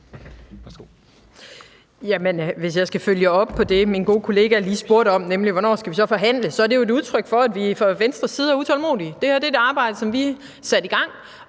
Hvis jeg skal følge op på det, min gode kollega lige spurgte om, nemlig hvornår vi så skal forhandle, så er det jo et udtryk for, at vi fra Venstres side er utålmodige. Det her er et arbejde, som vi satte i gang,